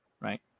right